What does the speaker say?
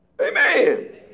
Amen